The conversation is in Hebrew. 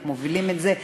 אנחנו מובילים את זה.